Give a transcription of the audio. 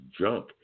junk